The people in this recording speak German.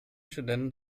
studenten